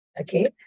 okay